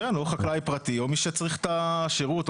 או חקלאי פרטי או שצריך את השירות.